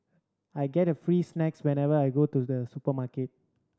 I get free snacks whenever I go to the supermarket